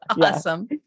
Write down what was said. Awesome